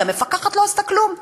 כי המפקחת לא עשתה כלום,